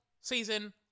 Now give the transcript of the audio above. season